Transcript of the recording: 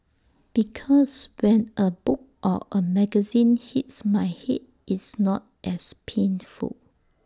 because when A book or A magazine hits my Head it's not as paint full